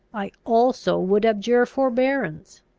i also would abjure forbearance.